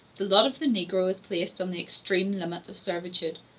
the lot of the negro is placed on the extreme limit of servitude,